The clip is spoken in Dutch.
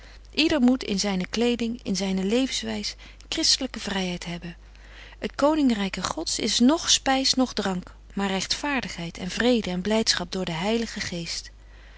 yder moet in zyne kleding in zyne levenswys christelyke vryheid hebben het koningryke gods is noch spys noch drank maar rechtvaardigheid en vrede en blydschap door den heiligen geest